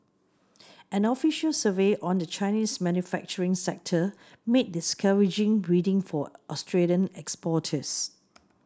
an official survey on the Chinese manufacturing sector made discouraging reading for Australian exporters